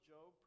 Job